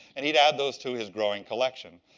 and he'd add those to his growing collection.